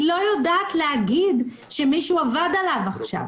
היא לא יודעת לומר שזה דבר שמישהו עבד עליו עכשיו.